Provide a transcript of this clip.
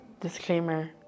disclaimer